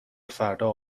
فردا